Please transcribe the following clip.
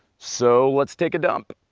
so let's take a dump!